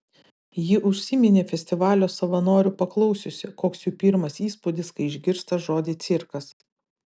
ji užsiminė festivalio savanorių paklausiusi koks jų pirmas įspūdis kai išgirsta žodį cirkas